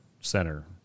center